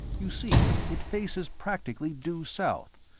you see it faces practically due south,